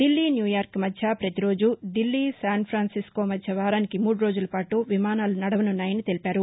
Delhi New York మధ్య ప్రతిరోజూ Delhi San Francisco మధ్య వారానికి మూడు రోజుల పాటు విమానాలు నడవనున్నాయని తెలిపారు